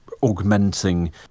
augmenting